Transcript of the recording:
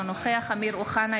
אינו נוכח אמיר אוחנה,